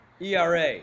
ERA